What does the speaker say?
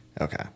Okay